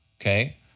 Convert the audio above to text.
okay